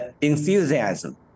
enthusiasm